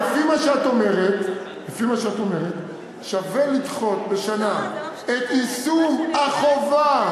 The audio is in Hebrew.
לפי מה שאת אומרת שווה לדחות בשנה את יישום החובה.